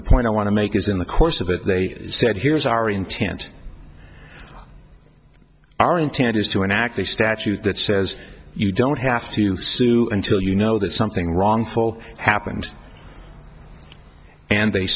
the point i want to make is in the course of that they said here's our intent our intent is to enact a statute that says you don't have to sue until you know that something wrong hole happened and they